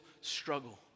struggle